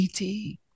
et